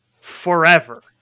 forever